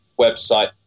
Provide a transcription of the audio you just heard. website